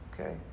Okay